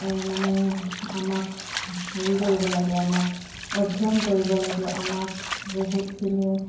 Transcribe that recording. মানে আমাক হৈ কৰিব লাগে আমাক অধ্যয়ন কৰিব লাগে আমাক বহুতখিনি